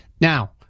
Now